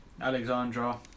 Alexandra